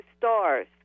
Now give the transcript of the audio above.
stars